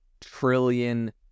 trillion